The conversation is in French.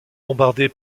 bombardée